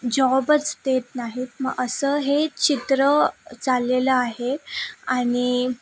जॉबच देत नाहीत मग असं हे चित्र चाललेलं आहे आणि